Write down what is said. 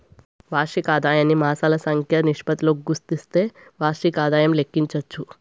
వార్షిక ఆదాయాన్ని మాసాల సంఖ్య నిష్పత్తితో గుస్తిస్తే వార్షిక ఆదాయం లెక్కించచ్చు